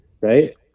right